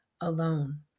alone